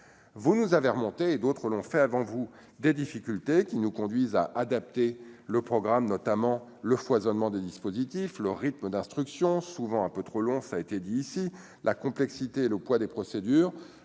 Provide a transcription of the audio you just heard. vous nous avez remontées et d'autres l'ont fait avant vous, des difficultés qui nous conduisent à adapter le programme notamment le foisonnement des dispositifs le rythme d'instruction souvent un peu trop long, ça a été dit, ici la complexité et le poids des procédures,